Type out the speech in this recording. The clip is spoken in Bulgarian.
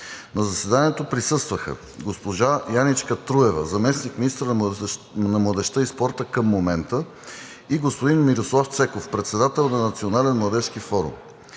На заседанието присъстваха: госпожа Яничка Труева – заместник-министър на младежта и спорта към момента, и господин Мирослав Цеков – председател на Национален младежки форум.